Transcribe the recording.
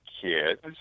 kids